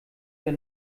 der